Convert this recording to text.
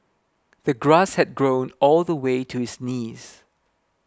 the grass had grown all the way to his knees